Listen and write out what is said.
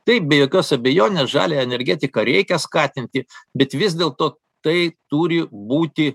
taip be jokios abejonės žaliąją energetiką reikia skatinti bet vis dėlto tai turi būti